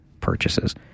purchases